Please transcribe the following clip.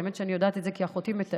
האמת היא שאני יודעת את זה כי אחותי מטפלת.